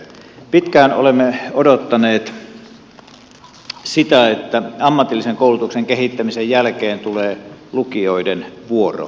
pitkään olemme odottaneet sitä että ammatillisen koulutuksen kehittämisen jälkeen tulee lukioiden vuoro